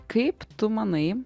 kaip tu manai